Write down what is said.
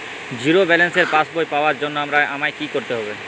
Zero ব্যালেন্সের পাসবই পাওয়ার জন্য আমায় কী করতে হবে?